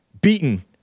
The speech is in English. beaten